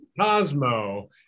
cosmo